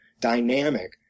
dynamic